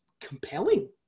compelling